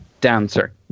dancer